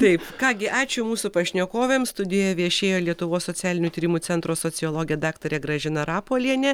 taip ką gi ačiū mūsų pašnekovėms studijoje viešėjo lietuvos socialinių tyrimų centro sociologė daktarė gražina rapolienė